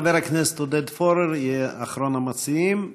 חבר הכנסת עודד פורר יהיה אחרון המציעים,